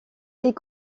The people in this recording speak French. est